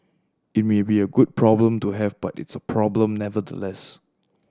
it may be a good problem to have but it's a problem nevertheless